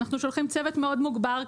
אנחנו שולחים צוות מאוד מוגבר.